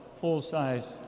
full-size